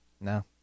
No